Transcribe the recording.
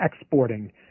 exporting